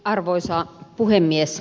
arvoisa puhemies